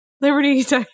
Liberty